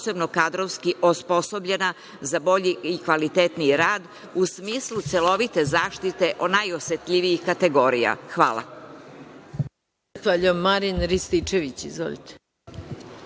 posebno kadrovski osposobljena za bolji i kvalitetniji rad, u smislu celovite zaštite najosetljivijih kategorija. Hvala.